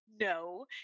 no